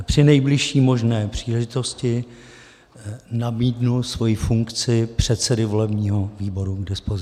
Při nejbližší možné příležitosti nabídnu svoji funkci předsedy volebního výboru k dispozici.